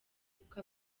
kuko